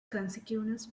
consciousness